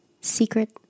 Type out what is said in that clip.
secret